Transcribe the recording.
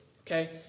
Okay